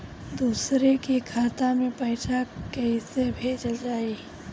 दूसरे के खाता में पइसा केइसे भेजल जाइ?